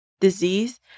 disease